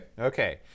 okay